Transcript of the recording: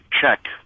check